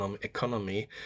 economy